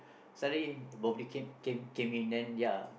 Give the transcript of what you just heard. suddenly birthday cake cam came in then ya